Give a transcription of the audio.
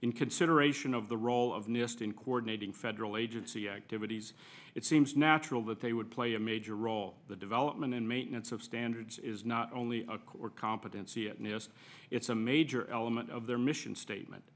in consideration of the role of nist in coordinating federal agency activities it seems natural that they would play a major role the development and maintenance of standards is not only a core competency at nist it's a major element of their mission statement